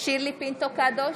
שירלי פינטו קדוש,